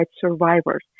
survivors